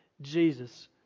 Jesus